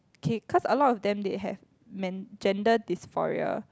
okay cause a lot of them they have men~ gender dysphoria